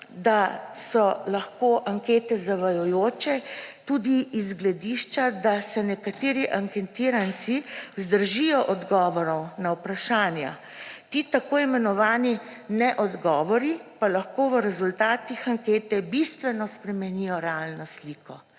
da so lahko ankete zavajajoče tudi z gledišča, da se nekateri anketiranci vzdržijo odgovorov na vprašanja. Ti tako imenovani neodgovori pa lahko v rezultatih ankete bistveno spremenijo realno sliko.